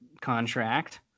contract